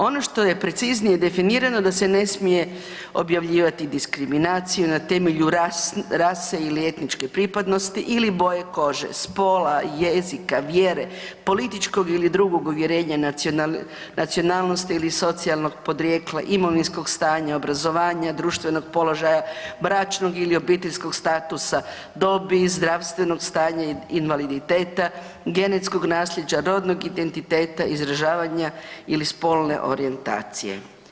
Ono što je preciznije definirano da se ne smije objavljivati diskriminacija na temelju rase ili etničke pripadnosti ili boje kože, spola, jezika, vjere, političkog ili drugog uvjerenja, nacionalnosti ili socijalnog podrijetla, imovinskog stanja, obrazovanja, društvenog položaja, bračnog ili obiteljskog statusa, dobi i zdravstvenog stanja, invaliditeta, genetskog nasljeđa, rodnog identiteta, izražavanja ili spolne orijentacije.